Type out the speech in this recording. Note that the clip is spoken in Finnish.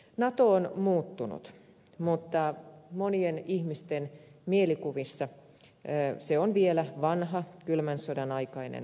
nato on muuttunut mutta monien ihmisten mielikuvissa se on vielä vanha kylmän sodan aikainen sotilasliitto